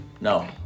No